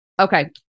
Okay